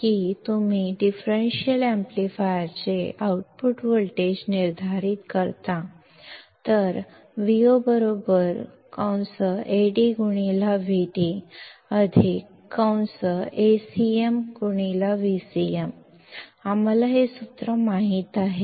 की तुम्ही डिफरेंशियल एम्पलीफायरचे आउटपुट व्होल्टेज निर्धारित करता तर Vo AdVd AcmVcm आम्हाला हे सूत्र माहित आहे